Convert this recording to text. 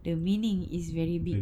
the meaning is very big